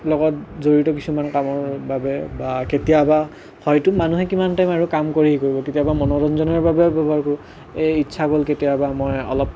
লগত জড়িত কিছুমান কামৰ বাবে বা কেতিয়াবা হয়তো মানুহে কিমান টাইম আৰু কাম কৰি হেৰি কৰিব কেতিয়াবা মনোৰঞ্জনৰ বাবে ব্যৱহাৰ কৰোঁ এই ইচ্ছা গ'ল কেতিয়াবা মই অলপ